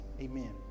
amen